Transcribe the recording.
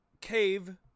Cave